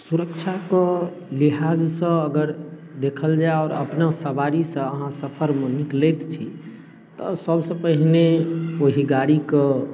सुरक्षाके लिहाजसँ अगर देखल जाइ आओर अपना सवारीसँ अहाँ सफरमे निकलैत छी तऽ सबसँ पहिने ओहि गाड़ीके